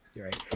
Right